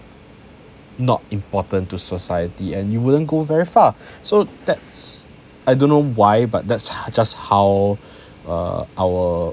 not important to society and you wouldn't go very far so that's I don't know why but that's just how uh our